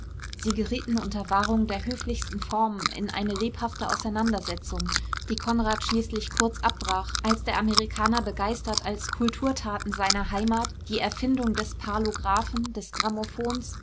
sie gerieten unter wahrung der höflichsten formen in eine lebhafte auseinandersetzung die konrad schließlich kurz abbrach als der amerikaner begeistert als kulturtaten seiner heimat die erfindung des parlographen des grammophons